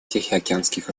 тихоокеанских